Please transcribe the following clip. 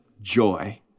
joy